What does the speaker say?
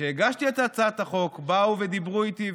כשהגשתי את הצעת החוק באו ודיברו איתי,